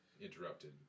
Interrupted